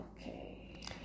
Okay